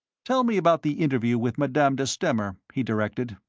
tell me about the interview with madame de stamer, he directed.